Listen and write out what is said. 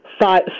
five